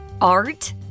Art